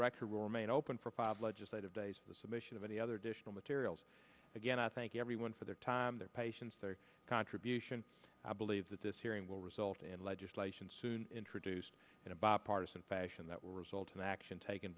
record will remain open for five legislative days the submission of any other digital materials again i thank everyone for their time their patience their contribution i believe that this hearing will result in legislation soon introduced in a bipartisan fashion that will result in action taken